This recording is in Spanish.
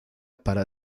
para